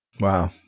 Wow